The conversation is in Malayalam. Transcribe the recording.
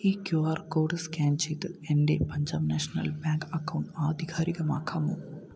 ഈ ക്യു ആർ കോഡ് സ്കാൻ ചെയ്ത് എൻ്റെ പഞ്ചാബ് നാഷണൽ ബാങ്ക് അക്കൗണ്ട് ആധികാരികമാക്കാമോ